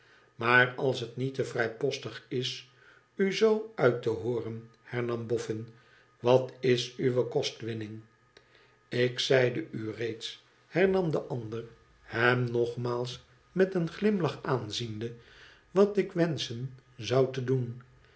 maar als het niet te vrijpostig is u zoo uit te hooren hernam boffin wat is uwe kostwinning ik zeide u reeds hernam de ander hem nogmaals meteen p limlach aanziende wat ik wenschen zou te doen